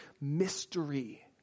mystery